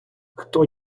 хто